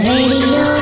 Radio